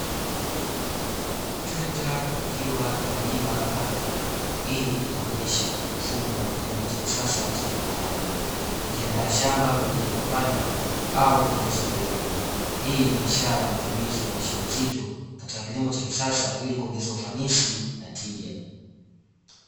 Trekta likiwa linalima ardhi, hii inaonyesha mfumo wa kisasa wa kilimo cha viwandani. Likiandaa shamba kwa ajili ya kupanda au matumizi ya kilimo, hii ni ishara ya matumizi nzito katika kilimo cha kisasa ili kuongeza ufanisi na tija.